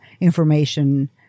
information